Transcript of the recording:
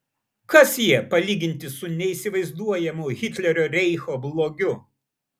kas jie palyginti su neįsivaizduojamu hitlerio reicho blogiu